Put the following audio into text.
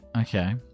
Okay